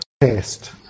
test